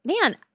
Man